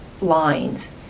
lines